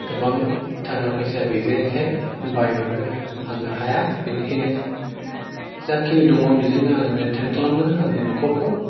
गोबां थाखा फैसा गैजायिखाय बायनोबो आं हाया बिनिखायनो जा खिनि दङ बेजोंनो आङो मेइनटेइन खालामो आंनि न'खरखौ